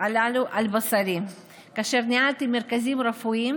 הללו על בשרי כאשר ניהלתי מרכזים רפואיים